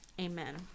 amen